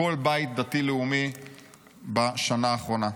בכל בית דתי-לאומי בשנה האחרונה.